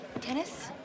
Tennis